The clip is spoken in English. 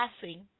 passing